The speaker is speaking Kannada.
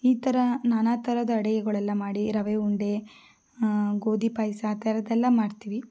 ಈ ಥರ ನಾನಾ ಥರದ ಅಡುಗೆಗಳೆಲ್ಲ ಮಾಡಿ ರವೆ ಉಂಡೆ ಗೋಧಿ ಪಾಯಸ ಆ ಥರದ್ದೆಲ್ಲ ಮಾಡ್ತೀವಿ